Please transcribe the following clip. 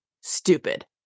Stupid